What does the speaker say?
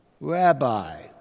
rabbi